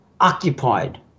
occupied